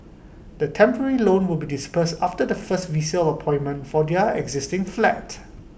the temporary loan will be disbursed after the first resale appointment for their existing flat